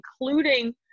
including